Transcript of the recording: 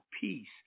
peace